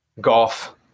Golf